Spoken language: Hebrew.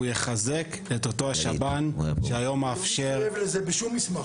הוא יחזק את אותו השב"ן שהיום מאפשר --- הוא לא מתחייב לזה בשום מסמך.